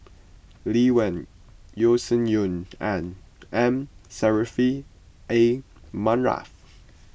Lee Wen Yeo Shih Yun and M Saffri A Manaf